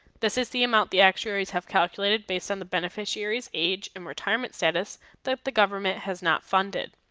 this is the amount the actuaries have calculated based on the beneficiary's age and retirement status that the government has not funded.